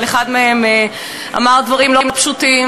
על אחד מהם אמר דברים לא פשוטים.